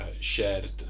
shared